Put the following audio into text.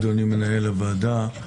אדוני מנהל הוועדה,